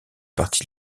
parti